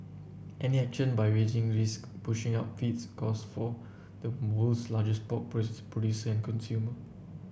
any action by risk pushing up feeds costs for the world's largest pork producer and consumer